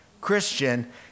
Christian